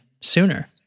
sooner